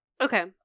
Okay